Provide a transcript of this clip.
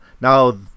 now